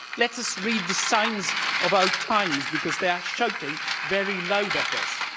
let us read the signs of our times, because they are shouting very loud at us,